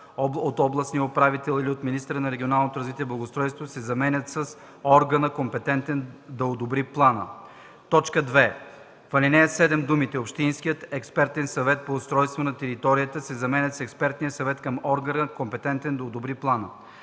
от областния управител или от министъра на регионалното развитие и благоустройството” се заменят с „органа, компетентен да одобри плана”. 2. В ал. 7 думите „общинския експертен съвет по устройство на територията” се заменят с „експертния съвет към органа, компетентен да одобри плана”.